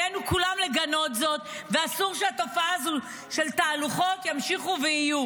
עלינו כולנו לגנות זאת ואסור שהתופעה הזאת של תהלוכות תמשכנה.